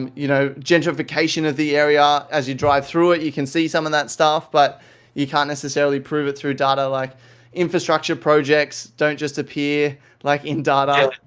um you know gentrification of the area, as you drive through it, you can see some of that stuff, but you can't necessarily prove it through data. like infrastructure projects don't just appear like in data.